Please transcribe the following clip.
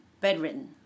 bedridden